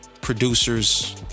Producers